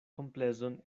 komplezon